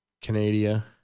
Canada